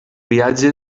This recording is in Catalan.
viatge